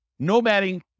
nomading